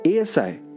ASI